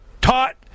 taught